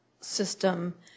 system